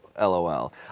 LOL